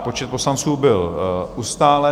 Počet poslanců byl ustálen.